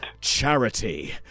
charity